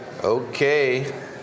Okay